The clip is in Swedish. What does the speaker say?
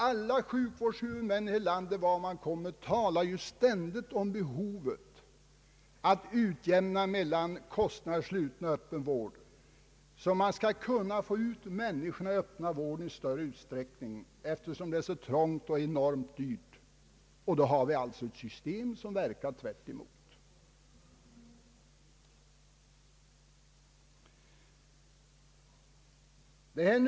Alla sjukvårdshuvudmän i detta land, vart man kommer, talar ständigt om behovet av att utjämna mellan kostnaderna för sluten och öppen vård, så att man kan få ut människor i öppen vård i större utsträckning, eftersom det är så trångt och enormt dyrt inom den slutna vården. Vi har alltså nu ett system som verkar i motsatt riktning.